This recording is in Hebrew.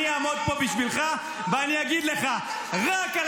אני אעמוד פה בשבילך ואני אגיד לך: רק על